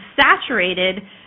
saturated